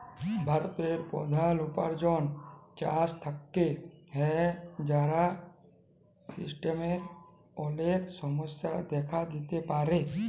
ভারতের প্রধাল উপার্জন চাষ থেক্যে হ্যয়, যার সিস্টেমের অলেক সমস্যা দেখা দিতে পারে